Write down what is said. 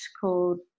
called